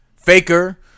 faker